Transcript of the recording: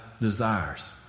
desires